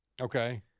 Okay